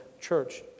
church